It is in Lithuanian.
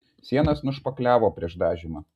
sienas nušpakliavo prieš dažymą